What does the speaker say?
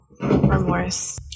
remorse